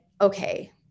okay